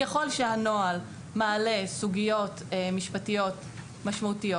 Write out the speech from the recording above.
ככל שהנוהל מעלה סוגיות משפטיות משמעותיות